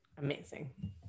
Amazing